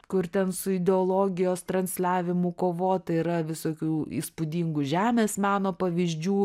kur ten su ideologijos transliavimu kovota yra visokių įspūdingų žemės meno pavyzdžių